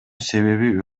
себеби